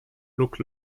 look